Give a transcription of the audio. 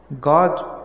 God